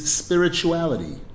spirituality